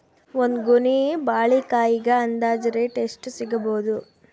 ಒಂದ್ ಗೊನಿ ಬಾಳೆಕಾಯಿಗ ಅಂದಾಜ ರೇಟ್ ಎಷ್ಟು ಸಿಗಬೋದ?